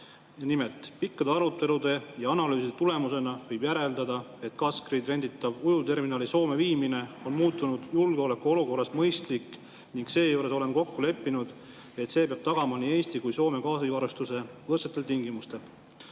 teemal. "Pikkade arutelude ja analüüside tulemusena võib järeldada, et Gasgridi renditava ujuvterminali Soome viimine on muutunud julgeolekuolukorras mõistlik ning seejuures oleme kokku leppinud, et see peab tagama nii Eesti kui Soome gaasivarustuse võrdsetel tingimustel."Nüüd